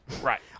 Right